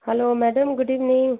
hello madam good evening